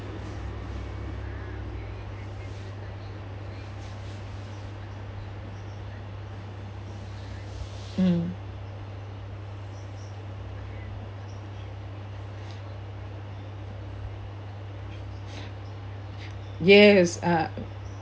mm yes uh